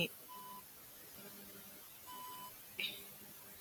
היא נועדה לתחזוקה ולתיקונים דחופים בבינת קווי המים,